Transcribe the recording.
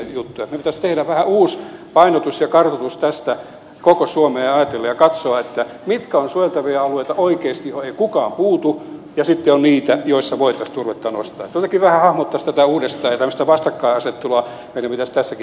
meidän pitäisi tehdä vähän uusi painotus ja kartoitus tästä koko suomea ajatellen ja katsoa mitkä ovat suojeltavia alueita oikeasti joihin ei kukaan puutu ja sitten niitä joissa voitaisiin turvetta nostaa niin että jotenkin vähän hahmottaisi tätä uudestaan ja tämmöistä vastakkainasettelua meidän pitäisi tässäkin teemassa välttää